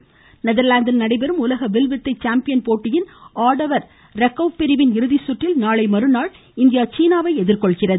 வில்வித்தை நெதர்லாந்தில் நடைபெறும் உலக வில்வித்தைச் சாம்பியன் போட்டியின் ஆடவர் ரெக்கர்வ் பிரிவின் இறுதிச்சுற்றில் நாளை மறுநாள் இந்தியா எதிர்கொள்கிறது